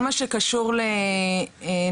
לא יודעים שהם יכולים לקבל ארבע פעולות בחודש חינם או